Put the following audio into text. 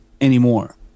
anymore